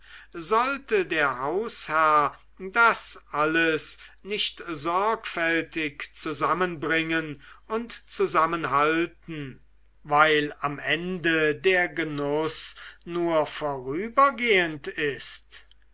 sollte der hausherr das alles nicht sorgfältig zusammenbringen und zusammenhalten weil am ende der genuß nur vorübergehend ist